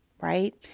Right